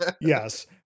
yes